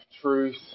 truth